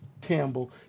Campbell